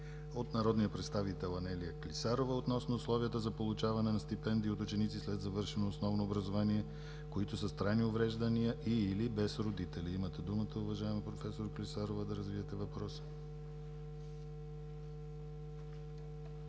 от народния представител Анелия Клисарова относно условията за получаване на стипендии от ученици след завършено основно образование, които са с трайни увреждания и/или без родители. Имате думата, уважаема проф. Клисарова, да развиете въпроса.